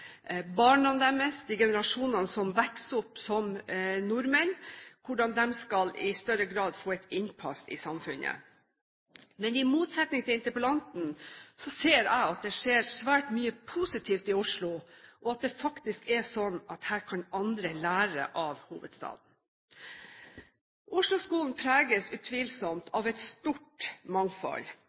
barna deres, de generasjonene som vokser opp som nordmenn, i større grad skal få innpass i samfunnet. Men i motsetning til interpellanten ser jeg at det skjer svært mye positivt i Oslo, og at det faktisk er slik at her kan andre lære av hovedstaden. Oslo-skolen preges utvilsomt av et stort mangfold,